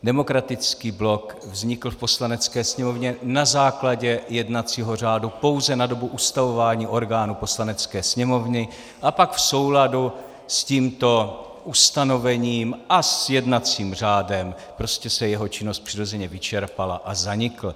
Demokratický blok vznikl v Poslanecké sněmovně na základě jednacího řádu pouze na dobu ustavování orgánů Poslanecké sněmovny a pak v souladu s tímto ustanovením a s jednacím řádem se jeho činnost přirozeně vyčerpala a zanikl.